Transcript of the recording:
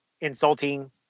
insulting